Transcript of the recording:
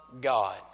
God